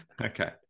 Okay